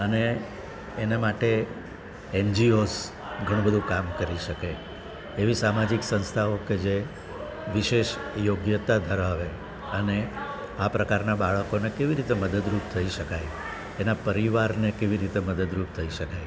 અને એને માટે એનજીઓસ ઘણું બધું કામ કરી શકે એવી સામાજિક સંસ્થાઓ કે જે વિશેષ યોગ્યતા ધરાવે અને આ પ્રકારનાં બાળકોને કેવી રીતે મદદરૂપ થઈ શકાય એના પરિવારને કેવી રીતે મદદરૂપ થઈ શકાય